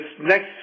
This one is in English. next